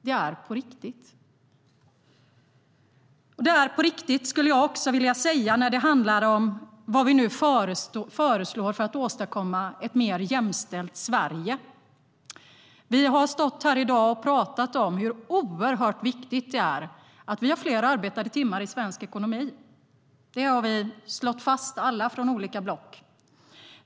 Det är på riktigt. Något som också är på riktigt, skulle jag vilja säga, är det vi föreslår för att åstadkomma ett mer jämställt Sverige. Vi har stått här i dag och pratat om hur oerhört viktigt det är med fler arbetade timmar i svensk ekonomi. Det har vi alla från olika block slagit fast.